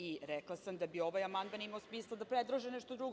I rekla sam da bi ovaj amandman imao smisla da predlože nešto drugo.